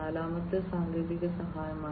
നാലാമത്തേത് സാങ്കേതിക സഹായമാണ്